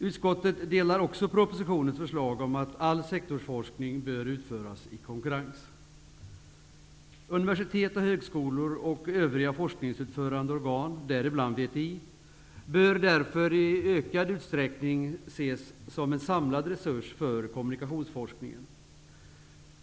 Utskottet stöder också propositionens förslag om att all sektorsforskning bör utföras i konkurrens. Vägtrafikinstitutet, VTI, bör därför i ökad utsträckning ses som en samlad resurs för kommunikationsforskningen.